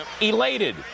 elated